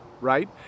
right